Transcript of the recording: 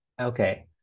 Okay